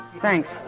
Thanks